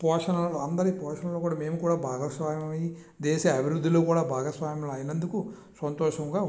పోషణలు అందరి పోషణలో కూడా మేము కూడా బాగస్వామి అయ్యి దేశ అభివృద్ధిలో కూడా భాగస్వాములు అయినందుకు సంతోషంగా ఉన్నాము